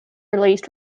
released